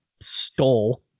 stole